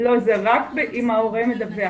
לא, זה רק אם ההורה מדווח.